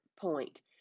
point